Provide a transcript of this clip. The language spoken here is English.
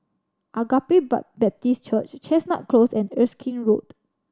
Agape Baptist Church Chestnut Close and Erskine Road